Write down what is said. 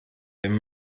wenn